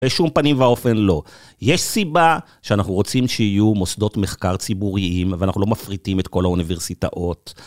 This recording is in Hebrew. שום פנים ואופן לא. יש סיבה שאנחנו רוצים שיהיו מוסדות מחקר ציבוריים ואנחנו לא מפריטים את כל האוניברסיטאות.